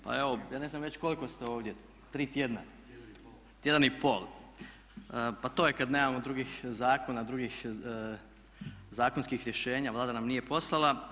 Pa evo, ja ne znam već koliko ste ovdje tri tjedna, tjedan i pol, pa to je kad nemamo drugih zakona, drugih zakonskih rješenja, Vlada nam nije poslala.